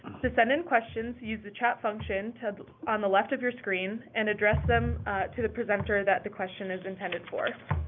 to send in questions, you use the chat function on the left of your screen and address them to the presenter that the question is intended for.